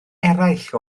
eraill